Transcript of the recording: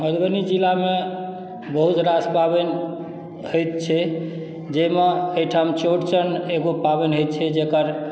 मधुबनी जिला मे बहुत रास पाबनि होइ छै जाहिमे एहिठाम चौड़चन एगो पाबनि होइ छै जेकर